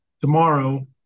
tomorrow